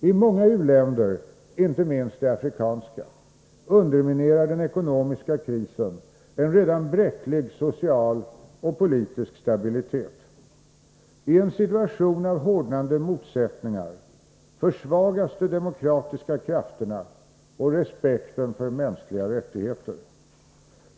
I många u-länder, inte minst de afrikanska, underminerar den ekonomiska krisen en redan bräcklig social och politisk stabilitet. I en situation av hårdnande motsättningar försvagas de demokratiska krafterna och respekten för mänskliga rättigheter.